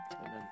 Amen